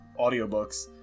audiobooks